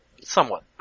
Somewhat